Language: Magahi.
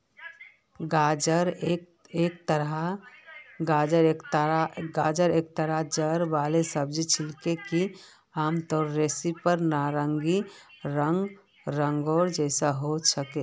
गाजर एकता जड़ वाला सब्जी छिके, आमतौरेर पर नारंगी रंगेर जैसा ह छेक